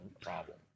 problem